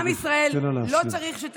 מה אתם עושים?